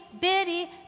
bitty